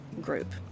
group